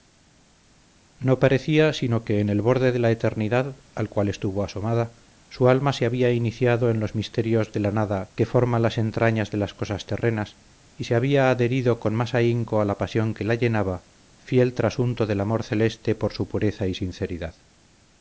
no parecía sino que en el borde de la eternidad al cual estuvo asomada su alma se había iniciado en los misterios de la nada que forma las entrañas de las cosas terrenas y se había adherido con más ahínco a la pasión que la llenaba fiel trasunto del amor celeste por su pureza y sinceridad